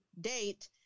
date